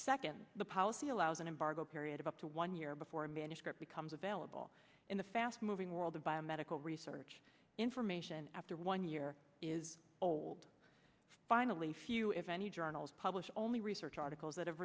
second the policy allows an embargo period of up to one year before a manuscript becomes available in the fast moving world of biomedical research information after one year is old finally few if any journals publish only research articles that have